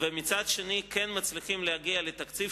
ומצד שני כן מצליחים להגיע לתקציב